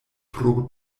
pro